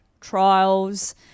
trials